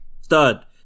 Stud